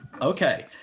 Okay